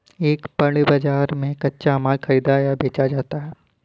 एक पण्य बाजार में कच्चा माल खरीदा या बेचा जाता है